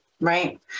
Right